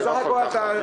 מנדטים,